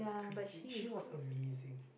crazy she was amazing